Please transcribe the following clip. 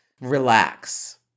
relax